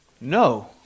No